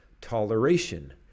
toleration